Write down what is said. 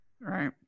right